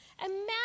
Imagine